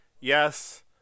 yes